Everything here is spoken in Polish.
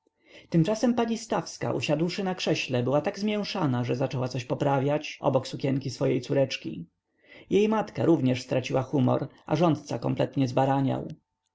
tymczasem pani stawska usiadłszy na krześle była tak zmięszana że zaczęła coś poprawiać około sukienki swojej córeczki jej matka również straciła humor a rządca kompletnie zbaraniał